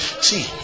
See